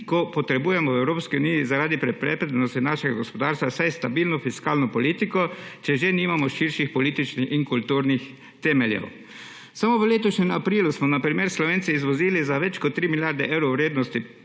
ko potrebujemo v Evropski uniji zaradi prepredenosti našega gospodarstva vsaj stabilno fiskalno politiko, če že nimamo širših političnih in kulturnih temeljev. Samo v letošnjem aprilu smo na primer Slovenci izvozili za več kot 3 milijarde evrov vrednosti